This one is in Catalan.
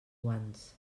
guants